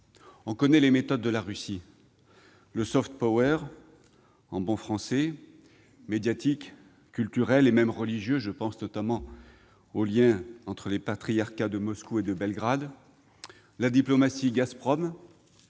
On connaît les méthodes de la Russie : le, comme on dit en bon français, qu'il soit médiatique, culturel ou même religieux- je pense notamment aux liens entre les patriarcats de Moscou et de Belgrade ; la « diplomatie Gazprom